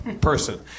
person